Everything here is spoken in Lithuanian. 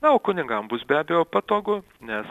na o kunigam bus be abejo patogu nes